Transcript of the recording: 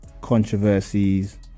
controversies